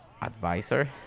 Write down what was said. advisor